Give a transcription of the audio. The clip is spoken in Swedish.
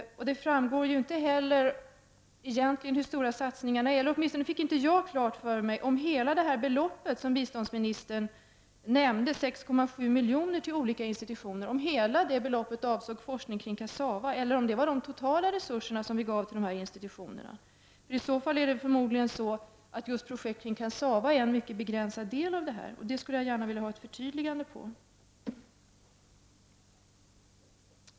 Det framgår inte heller egentligen hur stora satsningarna är — åtminstone fick inte jag klart mig om hela det belopp som biståndsministern säger, 6,7 miljoner till olika institutioner, avser forskning kring kassava eller om det är de totala resurser som vi ger till olika institutioner. I så fall är det förmodlingen så att just projekt om kassava är en mycket begränsad del. Där skulle jag gärna vilja ha ett förtydligande.